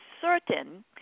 certain